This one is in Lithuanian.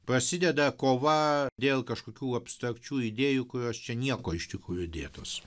prasideda kova dėl kažkokių abstrakčių idėjų kurios čia nieko iš tikrųjų dėtos